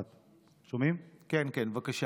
בבקשה.